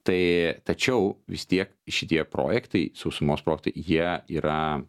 tai tačiau vis tiek šitie projektai sausumos projektai jie yra